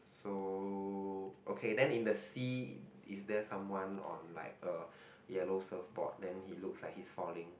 so okay then in the sea is there someone on like a yellow surfboard then he looks like he's falling